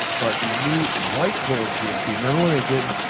but, the new white gold gmt. remember when they did.